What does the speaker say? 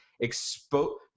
expose